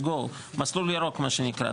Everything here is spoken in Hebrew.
מסלול ירוק מה שנקרא,